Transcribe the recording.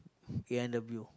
a-and-w